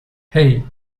hey